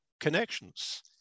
connections